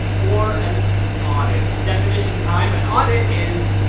or an audit. definition time! an audit is.